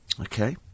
Okay